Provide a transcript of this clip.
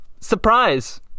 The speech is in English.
surprise